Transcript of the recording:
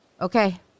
Okay